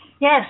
Yes